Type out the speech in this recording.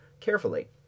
carefully